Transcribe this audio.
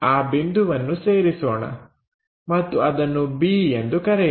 ಆ ಬಿಂದುವನ್ನು ಸೇರಿಸೋಣ ಮತ್ತು ಅದನ್ನು b ಎಂದು ಕರೆಯೋಣ